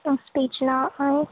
اس بیچ نہ آئیں